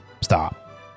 stop